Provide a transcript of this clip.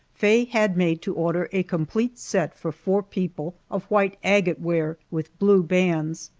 faye had made to order a complete set for four people of white agate ware with blue bands.